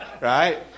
Right